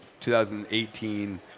2018